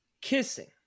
kissing